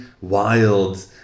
wild